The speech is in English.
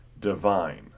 divine